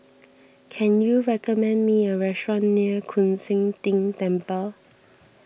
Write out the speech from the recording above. can you recommend me a restaurant near Koon Seng Ting Temple